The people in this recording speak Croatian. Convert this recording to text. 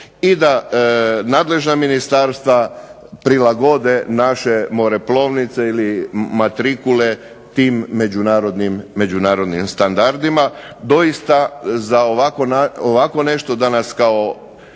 i da nadležna ministarstva prilagode naše moreplovnice ili matrikule tim međunarodnim standardima. Doista, ovako nešto za nas kao